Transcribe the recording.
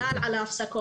בכלל על ההפסקות.